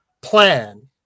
plan